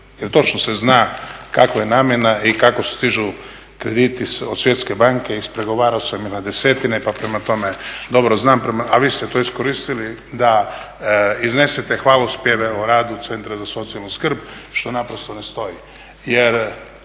Jer točno se zna kakva je namjena i kako se dižu krediti od Svjetske banke, ispregovarao sam ih na desetine pa prema tome dobro znam. A vi ste to iskoristili da iznesete hvalospjeve o radu Centra za socijalnu skrb što naprosto ne stoji.